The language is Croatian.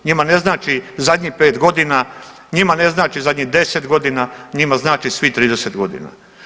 Njima ne znači zadnjih 5 godina, njima ne znači zadnjih 10 godina, njima znači svih 30 godina.